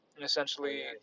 essentially